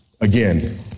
Again